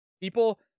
People